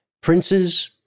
Prince's